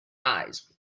eyes